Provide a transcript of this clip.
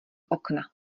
okna